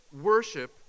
Worship